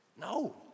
No